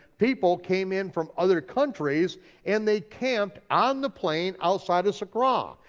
people came in from other countries and they camped on the plain outside of sakkara,